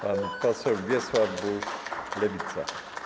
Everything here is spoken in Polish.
Pan poseł Wiesław Buż, Lewica.